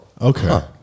Okay